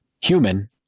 human